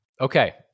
Okay